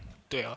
对 lor